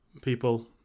people